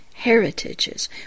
Heritages